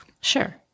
Sure